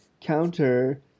counter